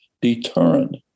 deterrent